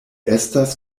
estas